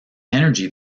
energy